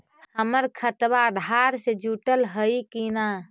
हमर खतबा अधार से जुटल हई कि न?